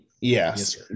Yes